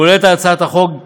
כוללת הצעת החוק,